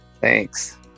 Thanks